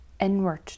Inward